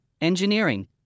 Engineering